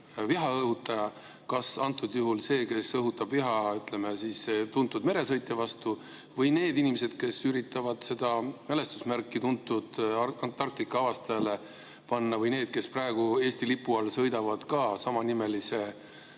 viha õhutaja? Kas antud juhul see, kes õhutab viha tuntud meresõitja vastu, või need inimesed, kes üritavad [püstitada] mälestusmärki tuntud Antarktika avastajale, või need, kes praegu Eesti lipu all sõidavad samanimelise